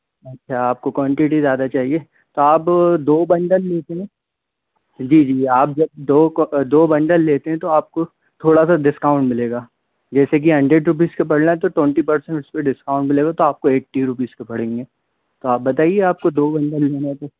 अच्छा आप को क्वानटिटी ज़्यादा चाहिए तो अब दो बंडल हैं जी जी जी आप जब दो को दो बंडल लेते हैं तो आप को थोड़ा सा डिस्काउंट मिलेगा जैसे कि हंड्रेड रुपीज़ का पड़ रहा है तो ट्वेंटी पर्सेन्ट इस पे डिस्काउंट मिलेगा तो आप को एटी रुपीज़ के पड़ेंगे तो आप बताइए आप को दो बंडल लेना है तो